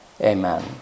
amen